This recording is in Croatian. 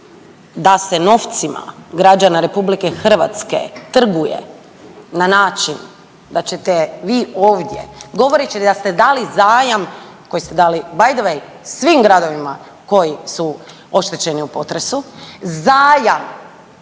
da se novcima građana RH trguje na način da ćete vi ovdje govoreći da ste dali zajam koji ste dali bay the way svim gradovima koji su oštećeni u potresu, zajam,